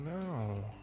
No